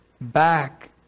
back